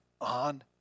on